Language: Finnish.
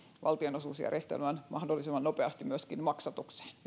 valtionosuusjärjestelmän mahdollisimman nopeasti myöskin maksatukseen